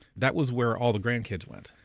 that was where all the grandkids went,